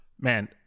man